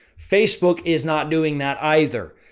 facebook is not doing that either.